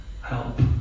help